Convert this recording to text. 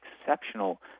exceptional